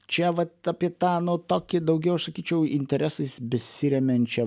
čia vat apie tą nu tokį daugiau aš sakyčiau interesais besiremiančią